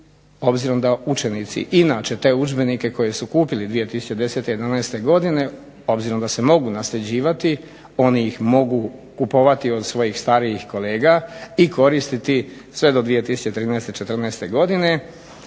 obzirom da učenici inače te udžbenike koje su kupili 2010., 2011. godine obzirom da se mogu nasljeđivati oni ih mogu kupovati od svojih starijih kolega i koristiti sve do 2013., 14. godine